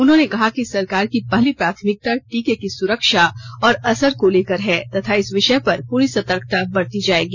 उन्होंने कहा कि सरकार की पहली प्राथमिकता टीके की सुरक्षा और असर को लेकर है तथा इस विषय पर पूरी सतर्कता बरती जायेगी